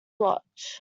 bloch